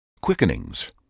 quickenings